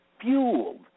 fueled